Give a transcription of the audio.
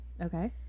Okay